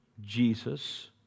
Jesus